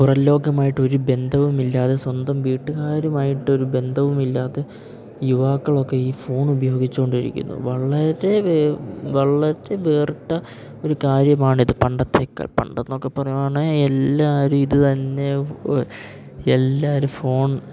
പുറംലോകവുമായിട്ട് ഒരു ബന്ധവുമില്ലാതെ സ്വന്തം വീട്ടുകാരുമായിട്ടൊരു ബന്ധവുമില്ലാതെ യുവാക്കളൊക്കെ ഈ ഫോൺ ഉപയോഗിച്ചുകൊണ്ടിരിക്കുന്നു വളരെ വളരെ വേറിട്ട ഒരു കാര്യമാണിത് പണ്ടത്തേക്കാൾ പണ്ടെന്നൊക്കെ പറയുകയാണെങ്കിൽ എല്ലാവരും ഇതുതന്നെ എല്ലാവരും ഫോൺ